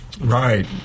Right